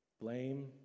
Blame